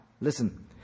Listen